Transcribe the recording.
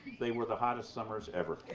they were the hottest summers ever.